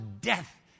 death